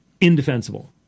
indefensible